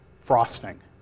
frosting